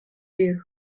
you